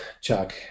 Chuck